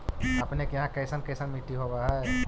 अपने के यहाँ कैसन कैसन मिट्टी होब है?